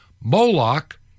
Moloch